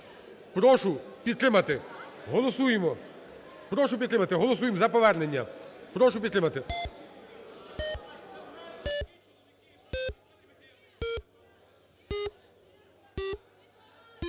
Прошу підтримати. Голосуємо. Прошу підтримати. Голосуємо за повернення. Прошу підтримати.